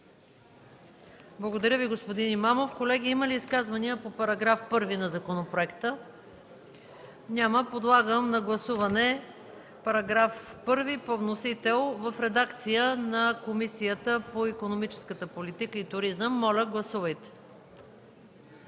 Благодаря Ви, господин Имамов. Колеги, има ли изказвания по § 1 на законопроекта? Няма. Подлагам на гласуване § 1 по вносител в редакцията на Комисията по икономическата политика и туризъм. Гласували